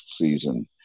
season